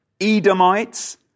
Edomites